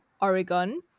Oregon